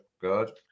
good